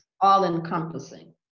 all-encompassing